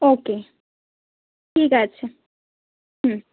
ওকে ঠিক আছে হুম